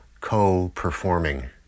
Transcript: co-performing